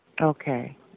Okay